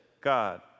God